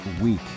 week